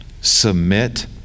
submit